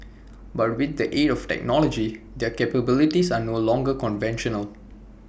but with the aid of technology their capabilities are no longer conventional